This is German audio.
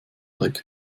dreck